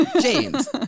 James